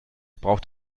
braucht